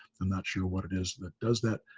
and not sure what it is that does that,